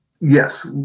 yes